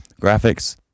graphics